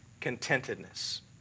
contentedness